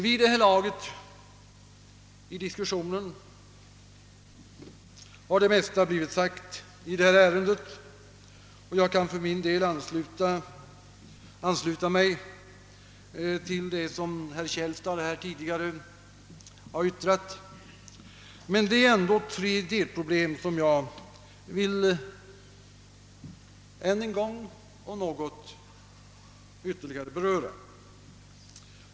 Vid det här laget har det mesta blivit sagt i detta ärende. Jag kan för min del ansluta mig till vad herr Källstad tidigare har yttrat, men det finns ändå tre delproblem som jag ytterligare vill beröra något.